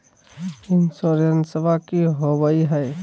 इंसोरेंसबा की होंबई हय?